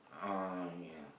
uh yeah